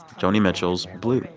joni mitchell's, blue.